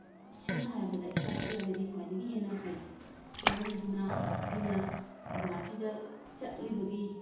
ꯁꯝꯅ ꯍꯥꯏꯔꯕꯗ ꯏꯁꯥ ꯆꯠꯂꯒꯗꯤ ꯈ꯭ꯋꯥꯏꯗꯒꯤ ꯍꯦꯟꯅ ꯐꯩ ꯃꯔꯝ ꯑꯗꯨꯅ ꯑꯩꯅ ꯒꯨꯍꯥꯇꯤꯗ ꯆꯠꯂꯤꯕꯒꯤ